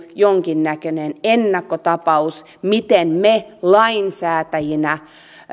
jonkinnäköinen ennakkotapaus miten me lainsäätäjinä